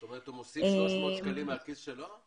זאת אומרת שהוא מוסיף 300 שקלים מהכיס שלו?